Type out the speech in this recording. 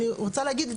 ואני רוצה להגיד,